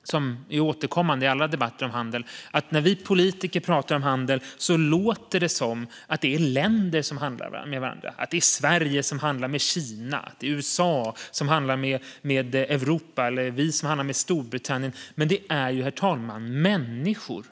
och som är återkommande i alla debatter om handel, är att när vi politiker pratar om handel låter det som om det är länder som handlar med varandra - som om det är Sverige som handlar med Kina, som om USA handlar med Europa eller att vi handlar med Storbritannien. Men det är ju människor, herr talman!